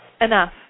enough